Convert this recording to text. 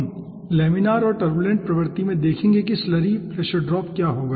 हम लेमिनार और टुर्बुलेंट प्रवृत्ति में देखेंगे कि स्लरी प्रेशर ड्रॉप क्या होगा